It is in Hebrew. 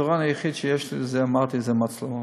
הפתרון היחיד שיש לי, אמרתי את זה, זה מצלמות.